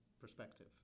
perspective